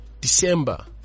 December